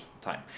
time